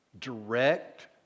direct